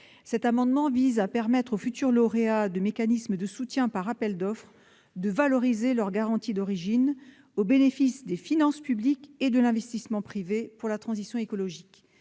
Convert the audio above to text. Cet amendement vise à permettre aux futurs lauréats de mécanismes de soutien par appels d'offres de valoriser leurs garanties d'origine, au bénéfice des finances publiques et de l'investissement privé pour la transition écologique.